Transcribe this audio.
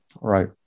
right